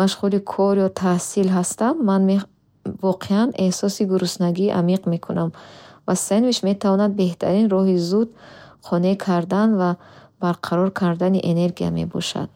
машғули кор ё таҳсил ҳастам, ман мехо...воқеан эҳсоси гуруснагии амиқ мекунам, ва сэндвич метавонад беҳтарин роҳи зуд қонеъ кардан ва барқарор кардани энергия бошад.